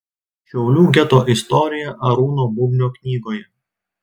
šiaulių geto istorija arūno bubnio knygoje